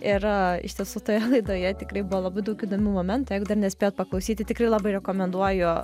ir iš tiesų toje laidoje tikrai buvo labai daug įdomių momentų jeigu dar nespėjot paklausyti tikrai labai rekomenduoju